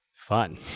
fun